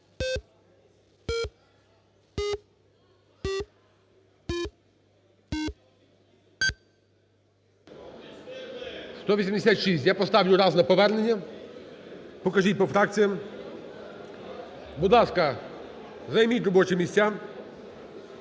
За-186 Я поставлю раз на повернення. Покажіть по фракціям. Будь ласка, займіть робочі місця.